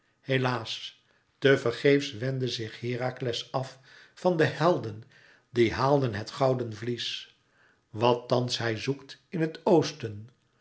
helaas te vergeefs wendde zich herakles af van de helden die haalden het gouden vlies wat thans hij zoekt in het oosten